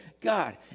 God